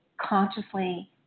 consciously